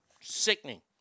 Sickening